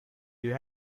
you